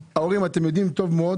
ההורים, אתם יודעים טוב מאוד